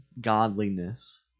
godliness